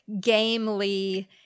gamely